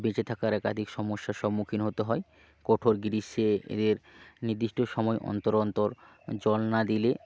বেঁচে থাকার একাধিক সমস্যার সম্মুখীন হতে হয় কঠোর গ্রীষ্মে এদের নির্দিষ্ট সময় অন্তর অন্তর জল না দিলে